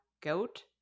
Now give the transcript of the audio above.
goat